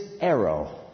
arrow